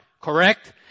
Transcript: Correct